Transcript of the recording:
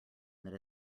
that